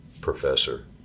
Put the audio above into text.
professor